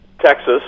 texas